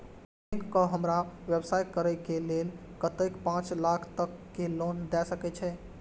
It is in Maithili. बैंक का हमरा व्यवसाय करें के लेल कतेक पाँच लाख तक के लोन दाय सके छे?